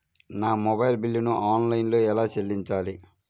నా మొబైల్ బిల్లును ఆన్లైన్లో ఎలా చెల్లించాలి?